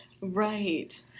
Right